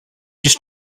just